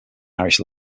irish